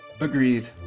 Agreed